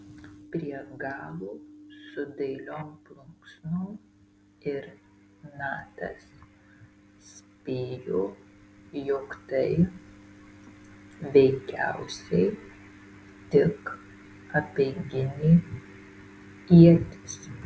prie galo su dailiom plunksnom ir natas spėjo jog tai veikiausiai tik apeiginė ietis